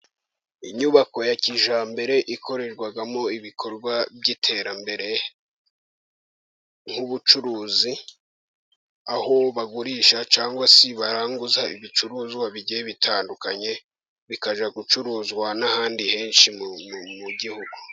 Inyubako ya kijyambere ikorerwamo ibikorwa by'iterambere nk'ubucuruzi, aho bagurisha cyangwa se baranguza ibicuruzwa bigiye bitandukanye, bikajya gucuruzwa n'ahandi henshi mu gihugu.